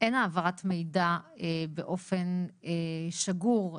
אין העברת מידע באופן שגור ומיטבי.